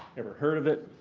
ever heard of it.